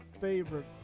favorite